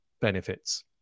benefits